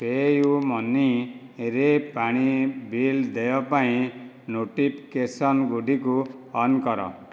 PayUmoney ରେ ପାଣି bill ଦେୟ ପାଇଁ ନୋଟିଫିକେସନ୍ ଗୁଡ଼ିକୁ ଅନ୍ କର